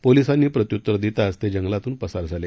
पोलिसांनी प्रत्युत्तर देताच ते जंगलातून पसार झाले